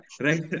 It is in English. right